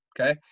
Okay